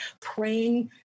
praying